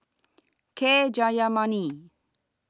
K Jayamani